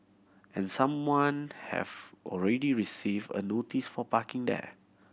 and someone have already received a notice for parking there